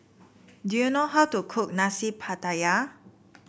do you know how to cook Nasi Pattaya